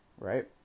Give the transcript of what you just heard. Right